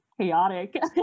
chaotic